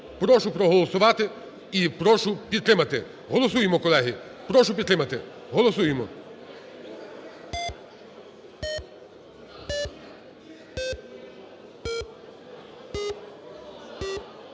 Прошу проголосувати і прошу підтримати. Голосуємо, колеги. Прошу підтримати. Голосуємо.